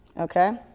Okay